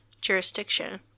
jurisdiction